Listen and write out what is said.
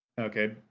Okay